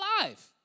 alive